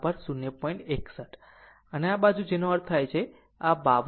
61 અને આ બાજુ જેનો અર્થ થાય છે r આ 52